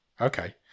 Okay